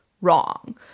wrong